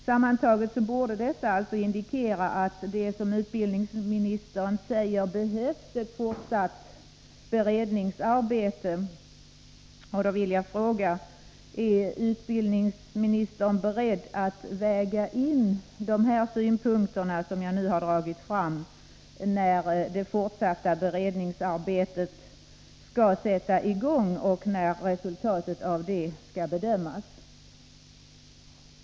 Sammantaget borde detta indikera att det, som utbildningsministern säger, behövs ett fortsatt beredningsarbete. Jag vill fråga: Är utbildningsmi Nr 44 nistern beredd att väga in de synpunkter som jag nu har fört fram i det j Knird ARSA Måndagen den fortsatta beredningsarbetet och när dess resultat skall bedömas? 12 december 1983 Anf. 50 EE LENA HJELM-WALLEN: Om viss utnämning Herr talman! Det var bl.a. efter en uppvaktning med representanter för till justitieråd länsstyrelsen i Kristianstads län och högskolan i Kristianstad som jag kom fram till att det behövdes en viss kompletterande utbildning.